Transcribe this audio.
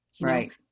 Right